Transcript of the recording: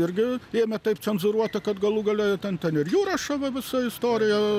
irgi ėmė taip cenzūruoti kad galų gale ten ten ir jurašo va visa istorija